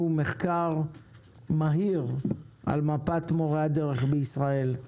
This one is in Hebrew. מחקר מהיר על מפת מורי הדרך בישראל.